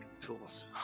tools